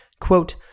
Quote